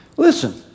Listen